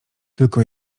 tylko